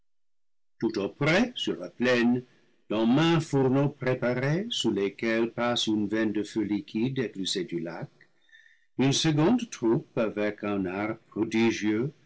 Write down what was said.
sur la plaine dans maints fourneaux préparés sous lesquels passeune veine de feu liquide éclusée du lac une seconde troupe avec un art prodigieux